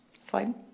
Slide